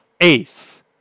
ace